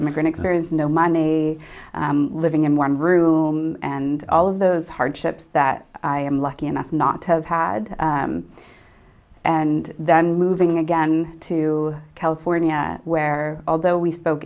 immigrant experience no money living in one room and all of those hardships that i am lucky enough not to have had and then moving again to california where although we spoke